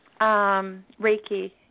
Reiki